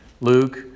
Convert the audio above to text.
Luke